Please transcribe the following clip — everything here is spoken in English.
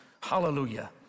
hallelujah